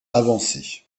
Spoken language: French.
avancé